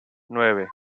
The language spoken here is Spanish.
nueve